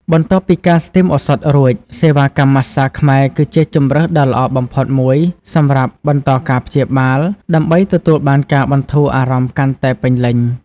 បន្ទាប់ពីការស្ទីមឱសថរួច សេវាកម្មម៉ាស្សាខ្មែរគឺជាជម្រើសដ៏ល្អបំផុតមួយសម្រាប់បន្តការព្យាបាល ដើម្បីទទួលបានការបន្ធូរអារម្មណ៍កាន់តែពេញលេញ។